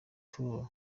tour